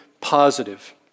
positive